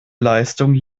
leistung